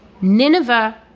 Nineveh